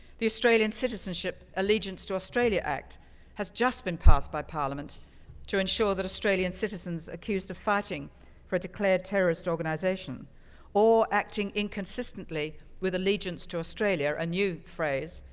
the australian citizenship allegiance to australia act has just been passed by parliament to ensure that australian citizens accused of fighting for a declared terrorist organization or acting inconsistently with allegiance to australia, a new phrase,